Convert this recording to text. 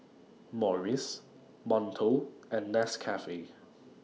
Morries Monto and Nescafe